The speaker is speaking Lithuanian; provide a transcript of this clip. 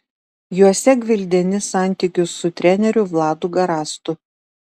juose gvildeni santykius su treneriu vladu garastu